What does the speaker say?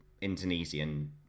Indonesian